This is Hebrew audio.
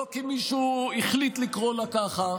לא כי מישהו החליט לקרוא לה ככה,